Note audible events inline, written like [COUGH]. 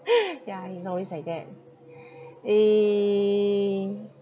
[LAUGHS] ya he's always like that eh